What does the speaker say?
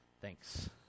Thanks